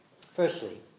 Firstly